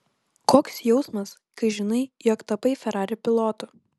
koks jausmas kai žinai jog tapai ferrari pilotu